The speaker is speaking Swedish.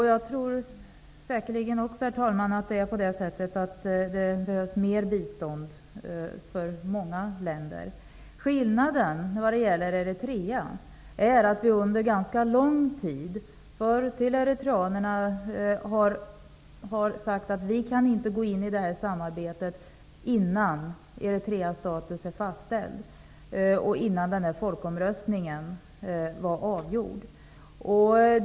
Herr talman! Säkerligen behövs det mer bistånd till många länder. Men när det gäller Eritrea har vi tidigare, under ganska lång tid, till eritreanerna sagt att vi inte kan gå in i det här samarbetet innan Eritreas status är fastställd och den här folkomröstningen är avgjord.